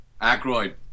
Ackroyd